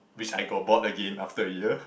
which I got bored again after a year